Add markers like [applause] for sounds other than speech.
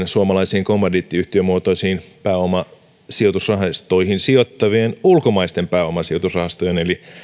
[unintelligible] suomalaisiin kommandiittiyhtiömuotoisiin pääomasijoitusrahastoihin sijoittavien ulkomaisten pääomasijoitusrahastojen eli